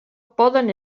poden